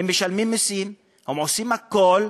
הם משלמים מסים, הם עושים הכול,